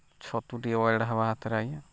ଛତୁ ଟିକେ ବାଗିର୍ ହେବା ହେତିରେ ଆଜ୍ଞା